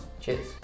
Cheers